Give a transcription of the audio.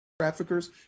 traffickers